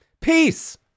Peace